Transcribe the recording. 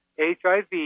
HIV